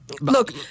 look